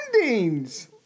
endings